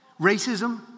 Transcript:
Racism